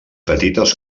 petites